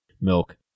milk